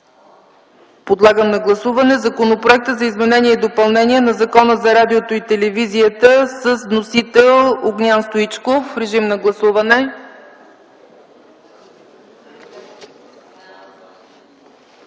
Подлагам на гласуване Законопроекта за изменение и допълнение на Закона за радиото и телевизията с вносител Огнян Стоичков. Моля, гласувайте.